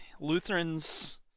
Lutherans